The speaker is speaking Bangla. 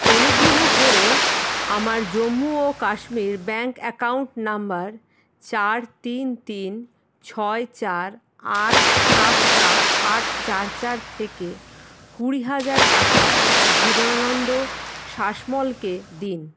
অনুগ্রহ করে আমার জম্মু ও কাশ্মীর ব্যাঙ্ক অ্যাকাউন্ট নম্বর চার তিন তিন ছয় চার আট সাত সাত আট চার চার থেকে কুড়ি হাজার টাকা জীবনানন্দ শাসমলকে দিন